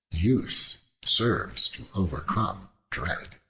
use serves to overcome dread.